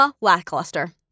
Lackluster